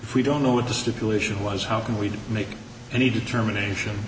if we don't know what the stipulation was how can we make any determination